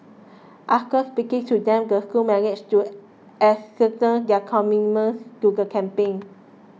after speaking to them the school managed to ascertain their commitment to the campaign